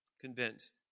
convinced